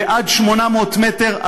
ועד 800 מטר,